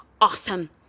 awesome